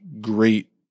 great